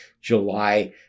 July